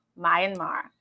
Myanmar